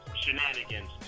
shenanigans